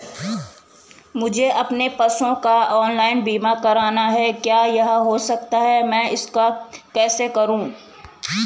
मुझे अपने पशुओं का ऑनलाइन बीमा करना है क्या यह हो सकता है मैं इसको कैसे करूँ?